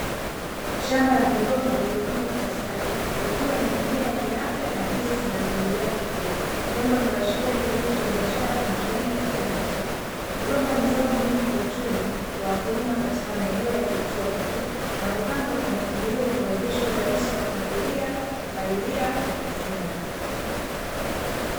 shamba la migomba lililopandwa kwa ustadi, likiwa na mimea yenye afya na ndizi zinazoendelea kukua. Jambo linaloashiria kilimo cha biashara kinacholenga tija na masoko. Migomba ni zao muhimu kwa uchumi wa wakulima katika maeneo ya kitropiki, na hupandwa kwa mpangilio unaowezesha urahisi wa kumwagilia, kupalilia na kuvuna.